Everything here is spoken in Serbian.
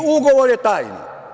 Ugovor je tajni.